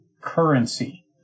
currency